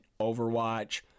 Overwatch